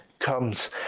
Comes